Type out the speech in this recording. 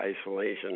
isolation